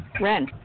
Ren